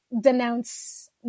denounce